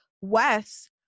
Wes